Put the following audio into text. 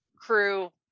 crew